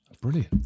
Brilliant